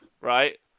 Right